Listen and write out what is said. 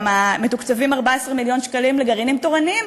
גם מתוקצבים 14 מיליון שקלים לגרעינים תורניים.